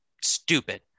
stupid